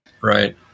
Right